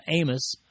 Amos